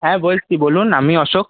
হ্যাঁ বলছি বলুন আমি অশোক